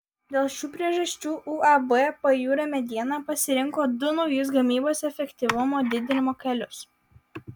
dėl šių priežasčių uab pajūrio mediena pasirinko du naujus gamybos efektyvumo didinimo kelius